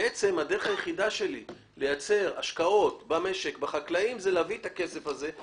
הדרך היחידה שלי לייצר השקעות במשק זה להביא את הכסף הזה.